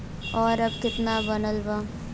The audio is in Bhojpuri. और अब कितना बनल बा?